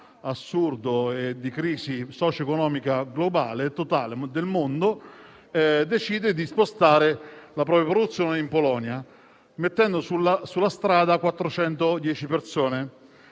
assurdo e di crisi socio economica globale e totale, che coinvolge il mondo, ha deciso di spostare la propria produzione in Polonia, mettendo sulla strada 410 persone,